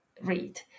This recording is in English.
read